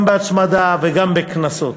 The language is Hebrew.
גם בהצמדה וגם בקנסות.